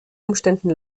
umständen